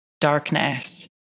darkness